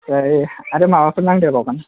ऐ आरो माबाफोर नांदेरबावगोन